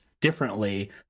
differently